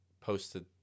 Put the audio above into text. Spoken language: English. posted